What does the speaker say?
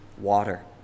water